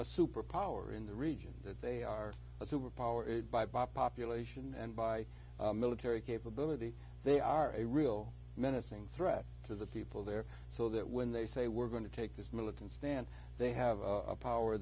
a superpower in the region that they are a superpower it by population and by military capability they are a real menacing threat to the people there so that when they say we're going to take this militant stand they have a power